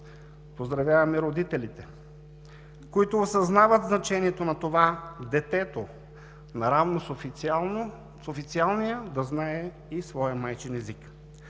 поздравяваме и родителите, които осъзнават значението на това детето, наравно с официалния, да знае и своя майчин език.